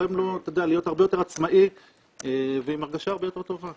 גורם לו להיות הרבה יותר עצמאי ועם הרגשה הרבה יותר טובה.